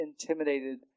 intimidated